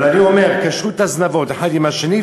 אז אני אומר: קשרו את הזנבות אחד עם השני,